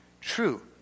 true